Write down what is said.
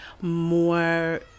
more